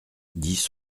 dix